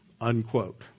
Unquote